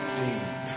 deep